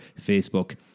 facebook